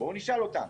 בואו נשאל אותם.